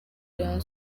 rayon